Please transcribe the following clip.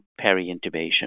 peri-intubation